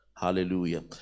Hallelujah